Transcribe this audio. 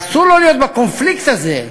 אסור לו להיות בקונפליקט הזה,